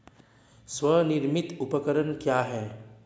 स्वनिर्मित उपकरण क्या है?